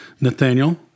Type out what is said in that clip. Nathaniel